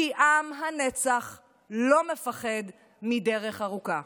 כי עם הנצח לא מפחד מדרך ארוכה.